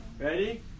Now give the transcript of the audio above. Ready